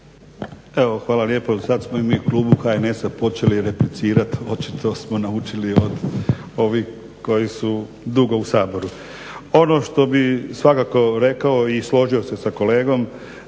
hvala lijepo, sada smo i mi u Klubu HNS-a počeli replicirati očito smo naučili od ovih koji su dugo u Saboru. Ono što bih svakako rekao i složio se sa kolegom